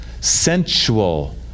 Sensual